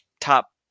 top